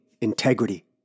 integrity